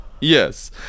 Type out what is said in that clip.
yes